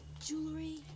jewelry